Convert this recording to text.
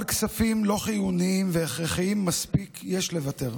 על כספים לא חיוניים והכרחיים מספיק יש לוותר.